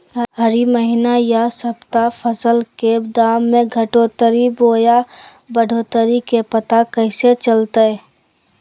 हरी महीना यह सप्ताह फसल के दाम में घटोतरी बोया बढ़ोतरी के पता कैसे चलतय?